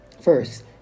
first